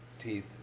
Teeth